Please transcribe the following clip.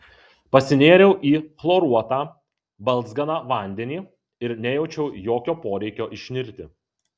pasinėriau į chloruotą balzganą vandenį ir nejaučiau jokio poreikio išnirti